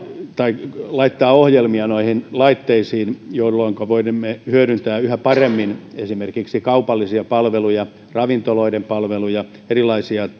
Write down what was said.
laittaa ohjelmia noihin laitteisiin jolloinka voimme hyödyntää yhä paremmin esimerkiksi kaupallisia palveluja ravintoloiden palveluja erilaisia